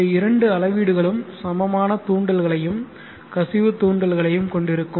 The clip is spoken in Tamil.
இந்த இரண்டு அளவீடுகளும் சமமான தூண்டல்களையும் கசிவு தூண்டல்களையும் கொண்டிருக்கும்